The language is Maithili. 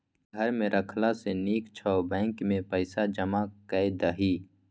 घर मे राखला सँ नीक छौ बैंकेमे पैसा जमा कए दही